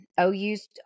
OU's